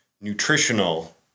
nutritional